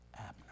Abner